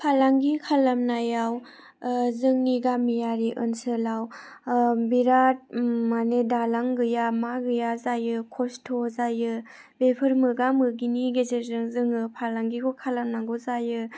फालांगि खालामनायाव जोंनि गामियारि ओनसोलाव बिराथ माने दालां गैया मा गैया जायो खस्थ' जायो बेफोर मोगा मोगिनि गेजेरजों जोङो फालांगिखौ खालामनांगौ जायो